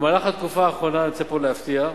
במהלך התקופה האחרונה, אני רוצה פה להפתיע,